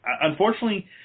Unfortunately